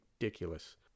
ridiculous